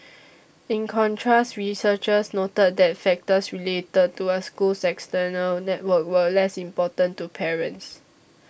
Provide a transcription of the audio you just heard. in contrast researchers noted that factors related to a school's external network were less important to parents